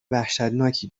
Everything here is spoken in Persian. وحشتناکی